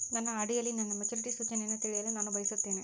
ನನ್ನ ಆರ್.ಡಿ ಯಲ್ಲಿ ನನ್ನ ಮೆಚುರಿಟಿ ಸೂಚನೆಯನ್ನು ತಿಳಿಯಲು ನಾನು ಬಯಸುತ್ತೇನೆ